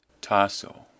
Tasso